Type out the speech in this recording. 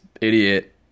idiot